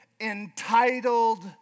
entitled